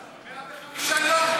התגברנו, 105 יום.